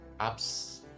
apps